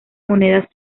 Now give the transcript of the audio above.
monedas